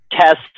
tests